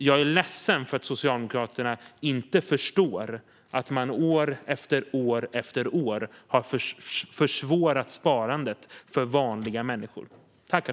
Jag är ledsen för att Socialdemokraterna inte förstår att man år efter år har försvårat sparandet för vanliga människor.